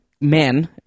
men